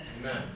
Amen